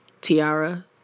Tiara